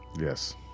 Yes